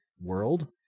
world